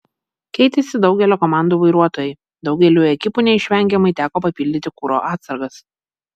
keitėsi daugelio komandų vairuotojai daugeliui ekipų neišvengiamai teko papildyti kuro atsargas